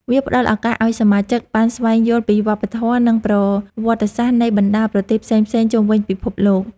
វាផ្ដល់ឱកាសឱ្យសមាជិកបានស្វែងយល់ពីវប្បធម៌ និងប្រវត្តិសាស្ត្រនៃបណ្ដាប្រទេសផ្សេងៗជុំវិញពិភពលោក។